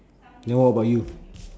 then what about you